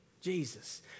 Jesus